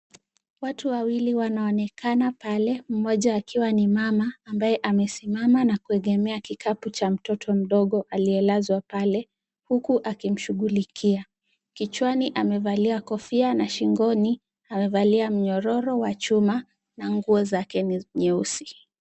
Watu wawili wanaonekana pale, mmoja akiwa ni mama ambaye amesimama na kuegemea kikapu cha mtoto mdogo aliyelazwa pale huku akimshughulikia. Kichwani amevalia kofia na shingoni amevalia minyororo wa chuma na nguo zake ni nyeusi.